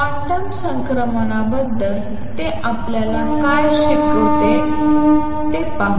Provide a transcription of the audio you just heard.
quantum संक्रमणाबद्दल ते आपल्याला काय शिकवते ते पाहू